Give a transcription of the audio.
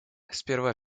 сперва